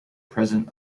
present